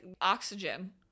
oxygen